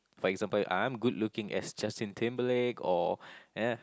for example I'm good looking as Justin Timberlake or ya